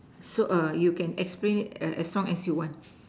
so you can explain it as long as you want